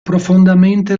profondamente